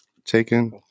taken